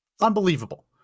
unbelievable